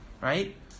right